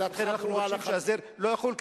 לכן אנחנו מבקשים שזה לא יחול,